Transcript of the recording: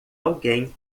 alguém